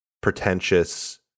pretentious